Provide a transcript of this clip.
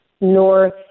north